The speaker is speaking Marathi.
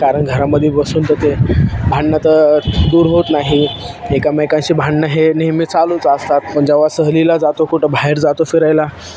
कारण घरामध्ये बसून तर ते भांडणं तर दूर होत नाही एकामेकांशी भांडणं हे नेहमी चालूच असतात पण जेव्हा सहलीला जातो कुठं बाहेर जातो फिरायला